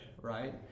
right